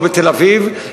לא בתל-אביב,